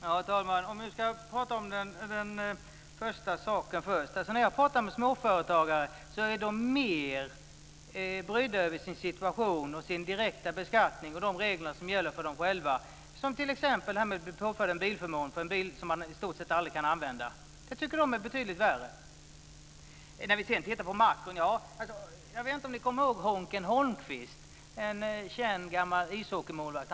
Herr talman! Låt oss prata om den första saken först. När jag pratar med småföretagare är de mer brydda över sin situation, sin direkta beskattning och de regler som gäller för dem själva, t.ex. att man blir påförd en bilförmån för en bil som man i stort sett aldrig kan använda. Det tycker de är betydligt värre. Sedan till det här med makroekonomin. Jag vet inte om ni kommer ihåg Honken Holmqvist, en känd gammal ishockeymålvakt.